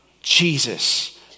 Jesus